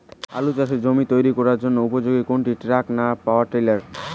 আলু চাষের জমি তৈরির জন্য চাষের উপযোগী কোনটি ট্রাক্টর না পাওয়ার টিলার?